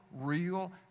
real